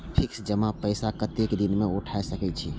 Fix जमा पैसा कतेक दिन में उठाई सके छी?